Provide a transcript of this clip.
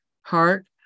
heart